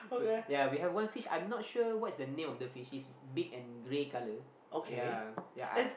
we ya we have one fish I'm not sure what's the name of the fish it's big and grey color ya ya I